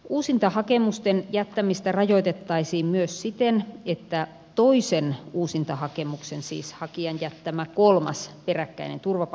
uusintahakemusten jättämistä rajoitettaisiin myös siten että toisen uusintahakemuksen siis hakijan jättämä kolmas peräkkäinen turvata